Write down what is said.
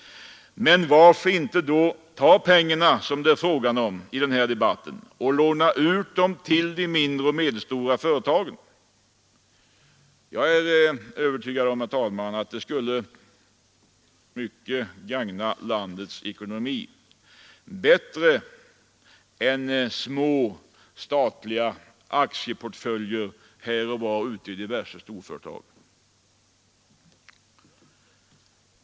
Men varför inte då ta de pengar som det här gäller och låna ut dem till de mindre och medelstora företagen? Jag är övertygad om att det skulle gagna landets ekonomi mera än små statliga aktieportföljer här och var i diverse storföretag.